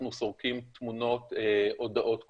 אנחנו סורקים תמונות, הודעות קוליות,